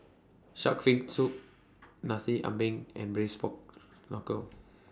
Shark's Fin Soup Nasi Ambeng and Braised Pork Knuckle